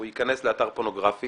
הוא ייכנס לאתר פורנוגרפי